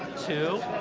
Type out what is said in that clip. two,